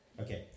Okay